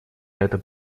эта